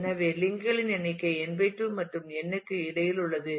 எனவே லிங்க் களின் எண்ணிக்கை n 2 மற்றும் n க்கு இடையில் உள்ளது